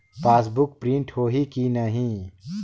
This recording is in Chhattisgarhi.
पासबुक प्रिंट होही कि नहीं?